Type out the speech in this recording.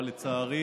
אבל לצערי